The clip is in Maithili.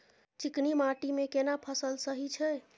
चिकनी माटी मे केना फसल सही छै?